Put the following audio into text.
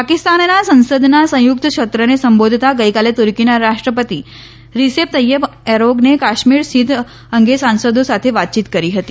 પાકિસ્તાનના સંસદના સંયુકત સત્રને સંબોધતા ગઇકાલે તુર્કીના રાષ્ટ્રપતિ રીસેપ તૈયપ એરોગને કાશ્મીર સ્થિતિ અંગે સાંસદો સાથે વાતયીત કરી હતી